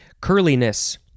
Curliness